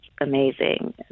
amazing